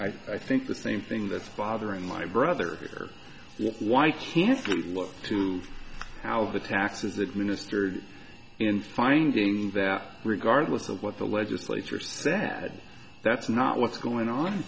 by i think the same thing that's bothering my brother why can't we look to how the tax is administered in finding that regardless of what the legislature sad that's not what's going on